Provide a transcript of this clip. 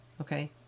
Okay